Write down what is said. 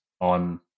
on